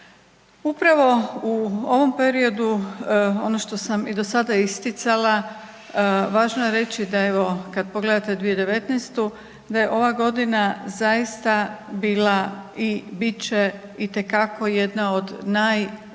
Upravo u ovom periodu ono što sam i do sada isticala, važno je reći kada pogledate 2019. da je ova godina zaista bila i bit će itekako jedna od najtežih,